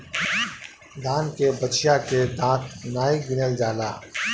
दान के बछिया के दांत नाइ गिनल जाला